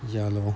ya loh